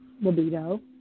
libido